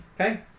Okay